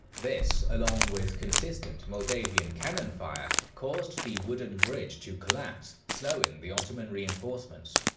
this, along with consistent moldavian cannon fire caused the wooden bridge to collapse, slowing the ottoman reinforcements.